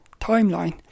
timeline